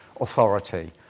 authority